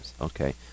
Okay